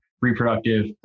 reproductive